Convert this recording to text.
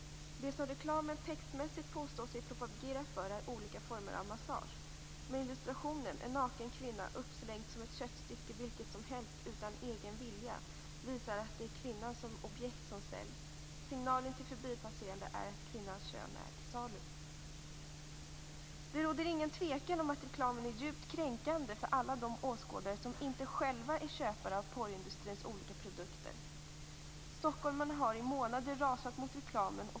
Det som reklamen textmässigt påstår sig propagera för är olika former av massage, men illustrationen, en naken kvinna uppslängd som ett köttstycke vilket som helst utan egen vilja, visar att det är kvinnan som objekt som säljs. Signalen till förbipasserande är att kvinnans kön är till salu. Det råder ingen tvekan om att reklamen är djupt kränkande för alla de åskådare som inte själva är köpare av porrindustrins olika produkter. Stockholmarna har i månader rasat mot reklamen.